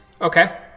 Okay